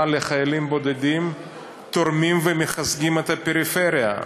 לחיילים בודדים תורמים ומחזקים את הפריפריה.